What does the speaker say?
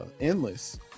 Endless